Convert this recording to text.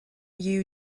you